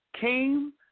came